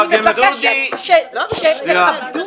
אני מבקשת שתכבדו